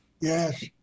Yes